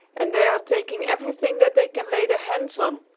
and they are taking everything that they can lay their hands on.